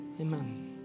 amen